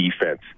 defense